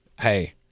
Hey